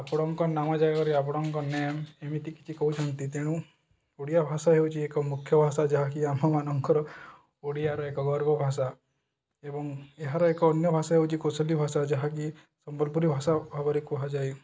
ଆପଣଙ୍କ ନାମ ଜାଗାରେ ଆପଣଙ୍କ ନେମ୍ ଏମିତି କିଛି କହୁଛନ୍ତି ତେଣୁ ଓଡ଼ିଆ ଭାଷା ହେଉଛି ଏକ ମୁଖ୍ୟ ଭାଷା ଯାହାକି ଆମ ମାନଙ୍କର ଓଡ଼ିଆର ଏକ ଗର୍ବ ଭାଷା ଏବଂ ଏହାର ଏକ ଅନ୍ୟ ଭାଷା ହେଉଛି କୋଶଲି ଭାଷା ଯାହାକି ସମ୍ବଲପୁରୀ ଭାଷା ଭାବରେ କୁହାଯାଏ